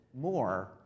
more